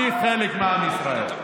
אני חלק מעם ישראל.